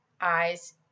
eyes